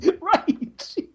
Right